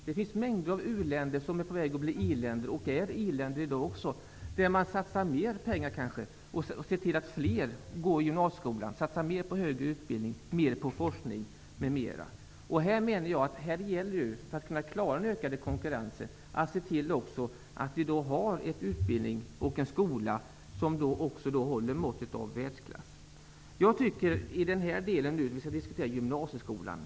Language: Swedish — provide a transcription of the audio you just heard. Det finns mängder av u-länder som är på väg att bli i-länder och en del som i dag har blivit i-länder, där man kanske satsar mer pengar på skolan och ser till att fler går i gymnasieskolan, där man satsar mer på högre utbildning och mer på forskning. För att kunna klara den ökade konkurrensen gäller det att vi ser till att vi har en utbildning och en skola som håller måttet och ligger i världsklass. Vi skall nu diskutera gymnasieskolan.